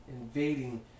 invading